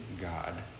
God